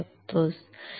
आपण बरोबर पाहू शकत नाही